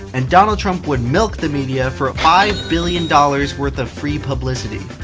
and donald trump would milk the media for five billion dollars worth of free publicity.